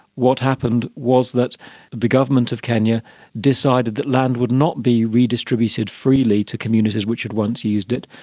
what happened was that the government of kenya decided that land would not be redistributed freely to communities which had once used it,